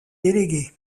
déléguées